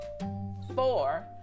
Four